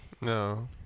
no